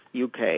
UK